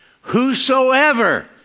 whosoever